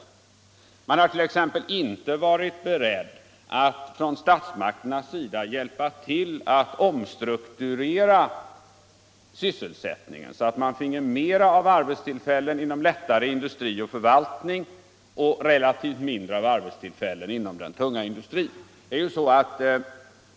Statsmakterna har t.ex. varit beredda att hjälpa till att omstrukturera sysselsättningen, så att vi finge mer av arbetstillfällen inom lättare industri och förvaltning och relativt mindre av arbetstillfällen inom den tunga industrin.